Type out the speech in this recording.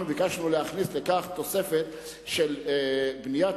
אנחנו ביקשנו להכניס לכך תוספת של בניית